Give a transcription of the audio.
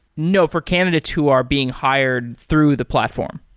no, for candidates who are being hired through the platform.